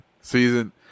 Season